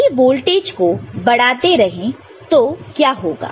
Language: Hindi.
यदि वोल्टेज को बढ़ाते रहें तो क्या होगा